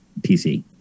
PC